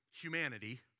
humanity